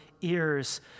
ears